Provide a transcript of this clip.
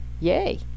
Yay